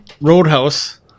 Roadhouse